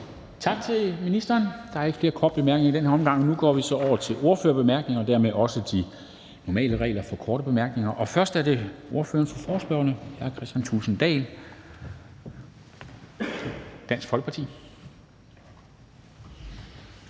Tak til ministeren. Der er ikke flere korte bemærkninger i denne omgang. Nu går vi så over til ordførerrækken og dermed også de normale regler for korte bemærkninger, og først er det ordføreren for forespørgerne, hr. Kristian Thulesen Dahl, Dansk Folkeparti.